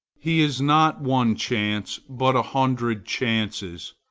he has not one chance, but a hundred chances.